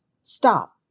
stop